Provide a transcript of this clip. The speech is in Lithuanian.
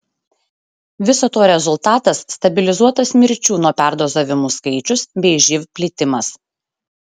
viso to rezultatas stabilizuotas mirčių nuo perdozavimų skaičius bei živ plitimas